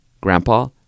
grandpa